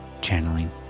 channeling